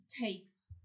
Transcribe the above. takes